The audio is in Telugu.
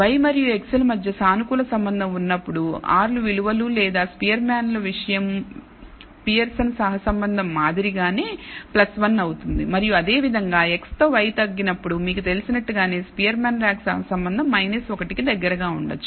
Y మరియు x ల మధ్య సానుకూల సంబంధం ఉన్నప్పుడు r లు విలువలు లేదా స్పియర్మ్యాన్ విషయం పియర్సన్ సహసంబంధం మాదిరిగానే 1 అవుతుంది మరియు అదేవిధంగా x తో y తగ్గినప్పుడు మీకు తెలిసినట్లుగానే స్పియర్మ్యాన్ ర్యాంక్ సహసంబంధం 1 కి దగ్గరగా ఉండొచ్చు